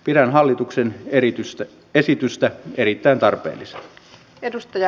pidän hallituksen esitystä erittäin tarpeellisena